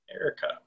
Erica